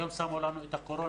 היום שמו לנו את הקורונה,